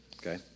Okay